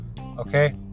Okay